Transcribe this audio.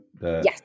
Yes